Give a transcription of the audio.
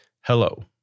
Hello